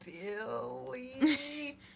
Billy